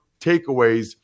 takeaways